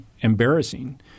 embarrassing